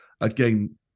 Again